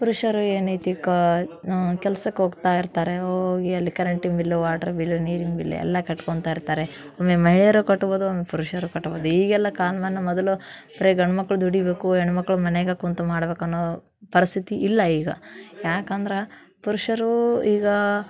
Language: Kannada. ಪುರುಷರು ಏನೈತಿ ಕ ಕೆಲ್ಸಕ್ಕೆ ಹೋಗ್ತಾ ಇರ್ತಾರೆ ಹೋಗಿ ಅಲ್ಲಿ ಕರೆಂಟಿನ ಬಿಲ್ಲು ವಾಟ್ರ್ ಬಿಲ್ ನೀರಿನ ಬಿಲ್ ಎಲ್ಲ ಕಟ್ಕೊಳ್ತಾ ಇರ್ತಾರೆ ಒಮ್ಮೆ ಮಹಿಳೆಯರು ಕಟ್ಬೋದು ಒಮ್ಮೆ ಪುರುಷರು ಕಟ್ಬೋದು ಈಗೆಲ್ಲ ಕಾನ್ಮಾನ ಮೊದಲು ಬರೀ ಗಂಡು ಮಕ್ಳು ದುಡಿಬೇಕು ಹೆಣ್ಣು ಮಕ್ಳು ಮನ್ಯಾಗ ಕುಂತು ಮಾಡಬೇಕನ್ನೋ ಪರಿಸ್ಥಿತಿ ಇಲ್ಲ ಈಗ ಯಾಕಂದ್ರೆ ಪುರುಷರೂ ಈಗ